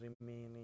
remaining